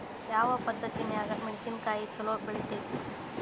ಯಾವ ಪದ್ಧತಿನ್ಯಾಗ ಮೆಣಿಸಿನಕಾಯಿ ಛಲೋ ಬೆಳಿತೈತ್ರೇ?